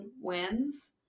wins